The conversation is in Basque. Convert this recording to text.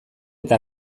eta